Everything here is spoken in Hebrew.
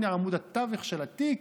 הינה עמוד התווך של התיק,